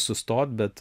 sustot bet